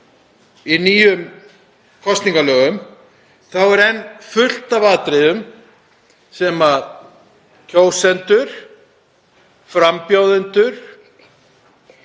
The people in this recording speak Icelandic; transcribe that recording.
í nýjum kosningalögum er enn fullt af atriðum sem kjósendur, frambjóðendur,